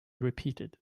repeated